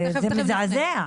זה מזעזע.